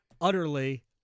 utterly